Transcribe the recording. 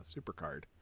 Supercard